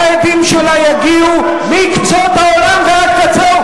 ההדים שלה יגיעו מקצה העולם ועד קצהו,